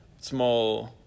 small